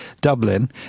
Dublin